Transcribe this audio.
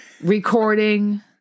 recording